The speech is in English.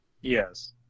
Yes